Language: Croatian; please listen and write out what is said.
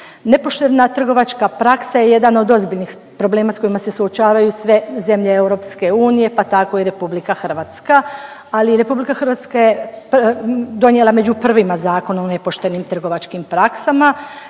Nepoštena trgovačka praksa je jedan od ozbiljnih problema s kojima se suočavaju sve zemlje EU, pa tako i RH, ali RH je .../nerazumljivo/... donijela među prvima Zakon o nepoštenim trgovačkim praksama